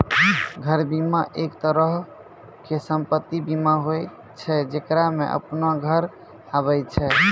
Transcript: घर बीमा, एक तरहो के सम्पति बीमा होय छै जेकरा मे अपनो घर आबै छै